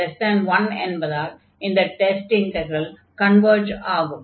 131 என்பதால் இந்த test integral converge ஆகும்